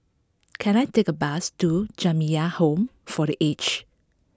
can I take a bus to Jamiyah Home for the Aged